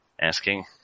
asking